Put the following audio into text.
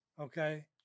okay